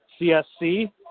CSC